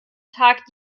tag